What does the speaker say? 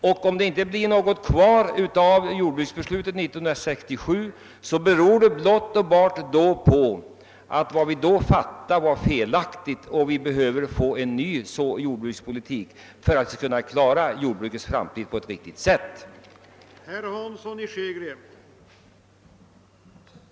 Om det inte blir något kvar av innehållet i jordbruksbeslutet 1967, så beror det på att vi den gången fattade ett felaktigt beslut och därför nu behöver en ny jordbrukspolitik för att trygga jordbrukets framtid och därmed Sveriges livsmedelsförsörjning.